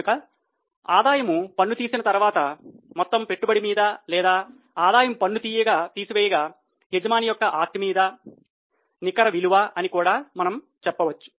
కనుక ఆదాయము పన్ను తీసివేసిన తర్వాత మొత్తము పెట్టుబడి మీద లేదా ఆదాయము పన్ను తీసివేయగా యజమాని యొక్క ఆస్తి మీద నికర విలువ అని కూడా మనము చెప్పవచ్చు